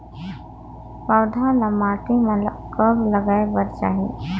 पौधा ल माटी म कब लगाए बर चाही?